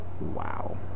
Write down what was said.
wow